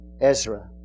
Ezra